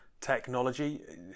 technology